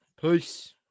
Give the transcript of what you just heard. Peace